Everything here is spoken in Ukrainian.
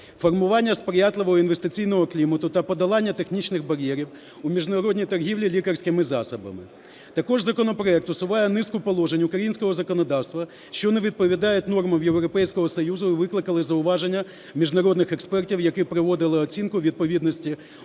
Формування сприятливого інвестиційного клімату та подолання технічних бар'єрів у міжнародній торгівлі лікарськими засобами. Також законопроект усуває низку положень українського законодавства, що не відповідають нормам Європейського Союзу і викликали зауваження міжнародних експертів, які проводили оцінку відповідності